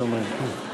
כפי שאומרים.